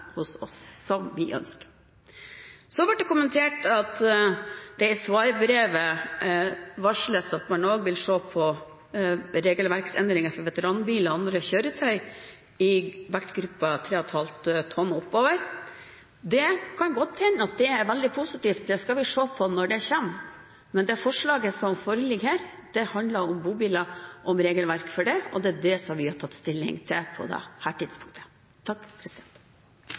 hos oss, som vi ønsker. Så ble det kommentert at det i svarbrevet varsles at man også vil se på regelverksendringer for veteranbiler og andre kjøretøy i vektgruppen 3,5 tonn og oppover. Det kan godt hende at det er veldig positivt – det skal vi se på når det kommer – men det forslaget som foreligger her, handler om bobiler og regelverk for det, og det er det vi har tatt stilling til på dette tidspunktet. Jeg vil si takk